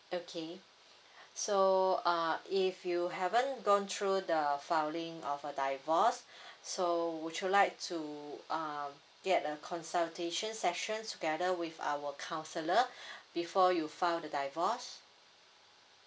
okay so uh if you haven't gone through the filing of a divorce so would you like to uh get a consultation session together with our counsellor before you file the divorce